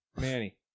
Manny